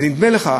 ונדמה לך,